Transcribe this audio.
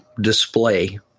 display